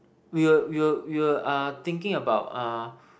we were we were we were uh thinking about uh